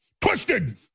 twisted